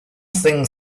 thing